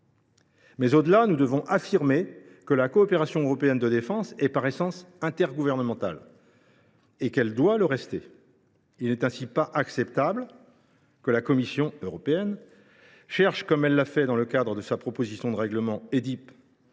Mais, au delà, nous devons affirmer que la coopération européenne de défense est par essence intergouvernementale et qu’elle doit le rester. Il n’est ainsi pas acceptable que la Commission européenne cherche, comme elle l’a fait dans le cadre de la proposition de règlement